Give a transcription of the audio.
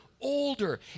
older